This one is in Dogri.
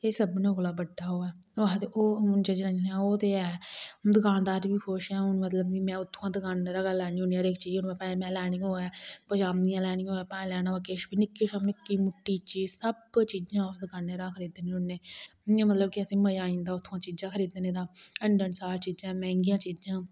एह् सभनें कोला बड्डा ओह् है जनानी आखदी ओह् ते ऐ दकान दार बी खुश ऐ मतलब कि में उत्थुआं दकाना उप्परा गै लेन्नी होन्नी हर इक चीज भलेआं में लैनी होऐ पजामी लैनी होऐ चाहे पजामां लैना होऐ किश बी किश अपनी कीमती चीज सब दकाने उप्परा गै खरिदने होन्ने इयां मतलब के असेंगी मजा आई जंदा चीजां खरिदने दा हंडन सार चीजां मैंहगी चीजां